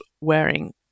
wearing